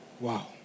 Wow